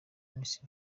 miss